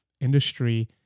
industry